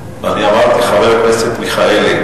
אני אמרתי: חבר הכנסת מיכאלי.